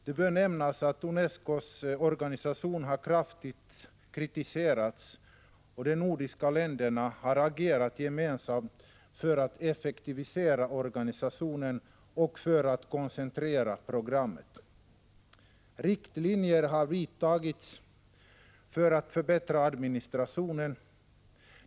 Det bör nämnas att UNESCO:s organisation har kritiserats kraftigt och att de nordiska länderna har agerat gemensamt för att effektivisera organisationen och koncentrera programmet. Riktlinjer har dragits upp för att förbättra administrationen.